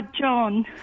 John